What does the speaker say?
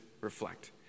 reflect